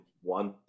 one